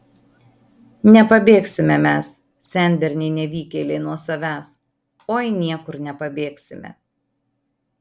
nepabėgsime mes senberniai nevykėliai nuo savęs oi niekur nepabėgsime